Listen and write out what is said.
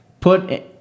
put